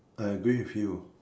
I agree with you